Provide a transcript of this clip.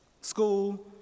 school